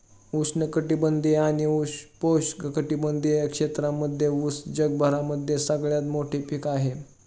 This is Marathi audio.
उष्ण कटिबंधीय आणि उपोष्ण कटिबंधीय क्षेत्रांमध्ये उस जगभरामध्ये सगळ्यात मोठे पीक आहे